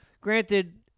Granted